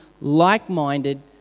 like-minded